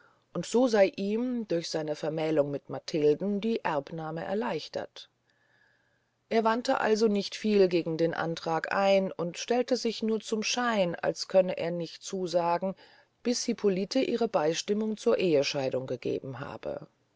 und so sey ihm durch seine vermählung mit matilden die erbnahme erleichtert er wandte also nicht viel gegen den antrag ein und stellte sich nur zum schein als könne er nicht zusagen bis hippolite ihre beystimmung zur ehescheidung gegeben habe